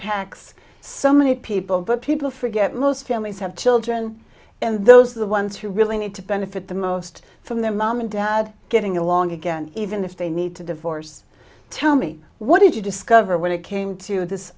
impacts so many people but people forget most families have children and those are the ones who really need to benefit the most from their mom and dad getting along again even if they need to divorce tell me what did you discover when it came to this